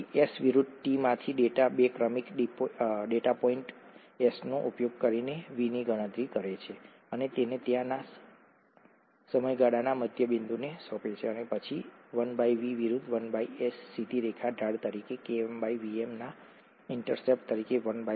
તેથી S વિરુદ્ધ t માંથી ડેટા બે ક્રમિક ડેટાપોઇન્ટ એસનો ઉપયોગ કરીને વીની ગણતરી કરે છે અને તેને ત્યાં ના સમયગાળાના મધ્યબિંદુને સોંપે છે અને પછી 1V વિરુદ્ધ 1S સીધી રેખા ઢાળ તરીકે Km Vm અને ઇન્ટરસેપ્ટ તરીકે 1Vm